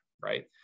right